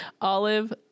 Olive